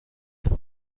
the